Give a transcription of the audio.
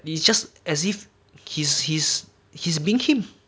you just as if he's he's he's being him